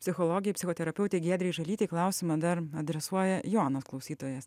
psichologė psichoterapeutė giedrei žalytei klausimą dar adresuoja jonas klausytojas